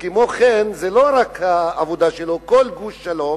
כמו כן, זאת לא רק העבודה שלו, כל "גוש שלום"